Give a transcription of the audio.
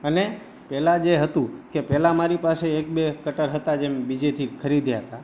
અને પહેલાં જે હતું કે પહેલાં મારી પાસે એક બે કટર હતાં જે મેં બીજેથી ખરીદ્યા હતાં